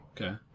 Okay